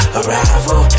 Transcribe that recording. arrival